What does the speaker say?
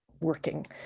working